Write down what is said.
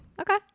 Okay